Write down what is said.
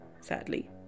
sadly